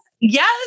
yes